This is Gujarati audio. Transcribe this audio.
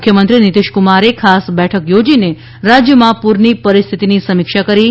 મુખ્યમંત્રી નીતિશકુમારે ખાસ બેઠક યોજીને રાજ્યમાં પૂરની પરિસ્થિતિની સમીક્ષા કરી હતી